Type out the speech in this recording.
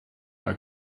der